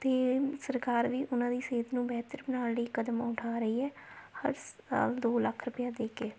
ਅਤੇ ਸਰਕਾਰ ਵੀ ਉਹਨਾਂ ਦੀ ਸਿਹਤ ਨੂੰ ਬਿਹਤਰ ਬਣਾਉਣ ਲਈ ਕਦਮ ਉਠਾ ਰਹੀ ਹੈ ਹਰ ਸਾਲ ਦੋ ਲੱਖ ਰੁਪਇਆ ਦੇ ਕੇ